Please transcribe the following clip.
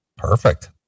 Perfect